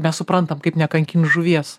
mes suprantam kaip nekankint žuvies